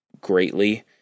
greatly